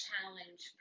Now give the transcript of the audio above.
challenge